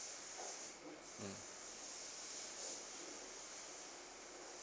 mm